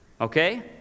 okay